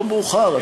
לא מאוחר,